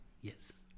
yes